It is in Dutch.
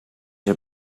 zou